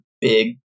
big